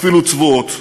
אפילו צבועות.